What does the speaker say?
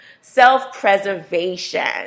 Self-preservation